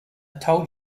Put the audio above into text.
told